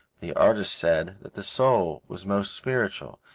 the artists said that the soul was most spiritual,